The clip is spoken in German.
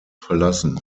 verlassen